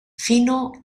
fino